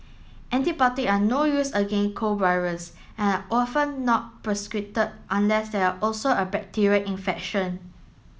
antibiotic are no use against cold virus and are often not prescribed unless there are also a bacterial infection